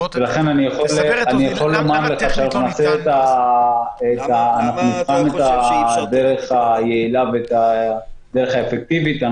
ולכן אני יכול לומר לך שאנחנו נבחן את הדרך היעילה ואת הדרך האפקטיבית.